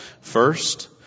first